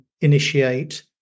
initiate